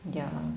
ya 哈